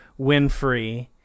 winfrey